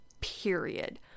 Period